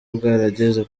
bwarageze